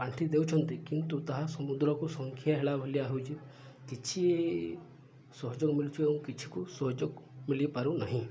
ପାଣ୍ଠି ଦେଉଛନ୍ତି କିନ୍ତୁ ତାହା ସମୁଦ୍ରକୁ ସଂକ୍ଷେ ହେଲା ଭଳିଆ ହଉଛି କିଛି ସହଯୋଗ ମିଳୁଛି ଏବଂ କିଛିକୁ ସହଯୋଗ ମିଳିପାରୁନାହିଁ